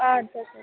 اَدٕ حظ